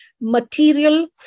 material